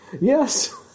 Yes